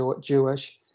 jewish